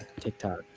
TikTok